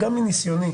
וגם מניסיוני